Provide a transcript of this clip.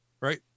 right